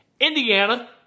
Indiana